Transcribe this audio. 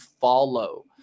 follow